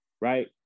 right